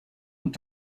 und